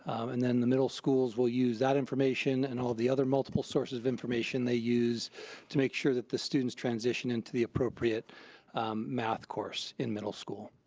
and then the middle schools will use that information and all the other multiple sources of information they use to make sure that the students transition into the appropriate math course in middle school.